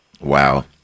Wow